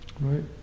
right